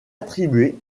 attribué